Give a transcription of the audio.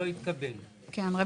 ולכן מהאירוע